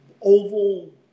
oval